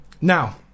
Now